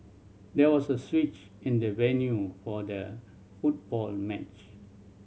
there was a switch in the venue for the football match